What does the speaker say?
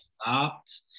stopped